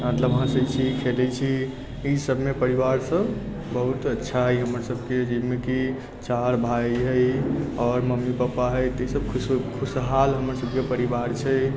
मतलब हँसै छी खेलै छी ई सभमे परिवार सभ बहुत अच्छा हय हमर सभके जाहिमे कि चार भाइ हय आओर मम्मी पपा हय ई सभ खुश खुशहाल हमर सभके परिवार छै